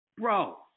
Bro